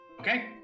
Okay